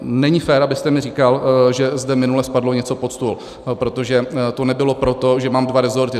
Není fér, abyste mi říkal, že zde minule spadlo něco pod stůl, protože to nebylo proto, že mám dva resorty.